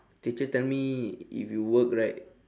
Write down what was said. teacher tell me if you work right